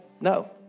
No